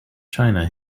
china